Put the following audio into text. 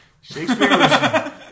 Shakespeare